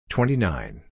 Twenty-nine